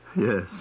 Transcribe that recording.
Yes